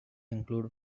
include